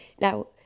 Now